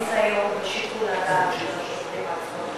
בשיקול הדעת של השוטרים עצמם בשטח.